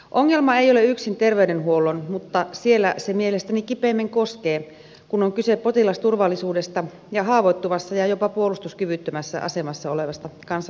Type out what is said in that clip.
ongelma ei ole yksin terveydenhuollon mutta siellä se mielestäni kipeimmin koskee kun on kyse potilasturvallisuudesta ja haavoittuvassa ja jopa puolustuskyvyttömässä asemassa olevasta kansalaisesta